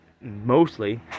mostly